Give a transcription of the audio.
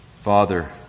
Father